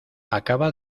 acaba